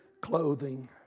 clothing